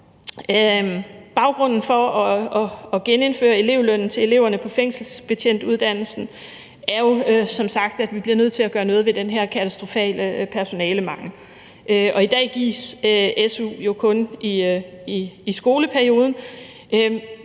baggrunden for at genindføre elevlønnen til eleverne på fængselsbetjentuddannelsen er jo som sagt, at vi bliver nødt til at gøre noget ved den her katastrofale personalemangel, og i dag gives su jo kun i skoleperioden,